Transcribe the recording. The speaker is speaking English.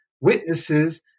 witnesses